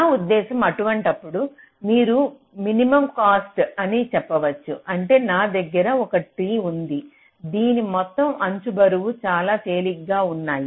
నా ఉద్దేశ్యం అటువంటప్పుడు మీరు మినిమం కాస్ట్ అని చెప్పవచ్చు అంటే నా దగ్గర ఒక ట్రీ ఉంది దీని మొత్తం అంచు బరువులు చాలా తేలికగా ఉన్నాయి